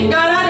God